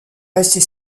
restée